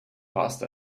warst